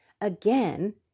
again